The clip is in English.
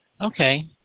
Okay